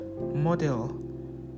model